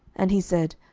and he said,